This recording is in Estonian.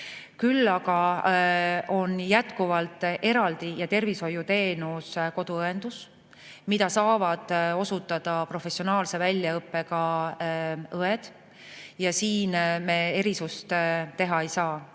Küll aga on jätkuvalt eraldi tervishoiuteenus koduõendusteenus, mida saavad osutada professionaalse väljaõppe läbinud õed, ja siin me erisust teha ei saa.